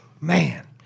man